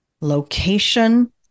location